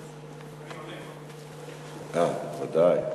אה, ודאי.